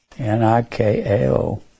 N-I-K-A-O